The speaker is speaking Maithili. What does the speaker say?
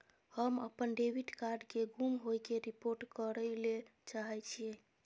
हम अपन डेबिट कार्ड के गुम होय के रिपोर्ट करय ले चाहय छियै